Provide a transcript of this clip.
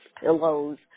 pillows